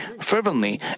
fervently